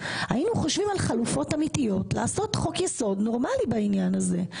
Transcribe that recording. היינו חושבים על חלופות אמיתיות ולעשות חוק יסוד נורמלי בעניין הזה.